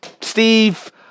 Steve